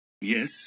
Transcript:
Yes